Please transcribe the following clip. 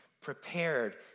prepared